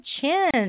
Chin